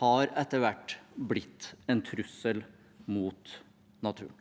har etter hvert blitt en trussel mot naturen.